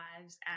lives